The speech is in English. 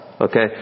okay